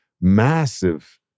massive